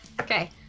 Okay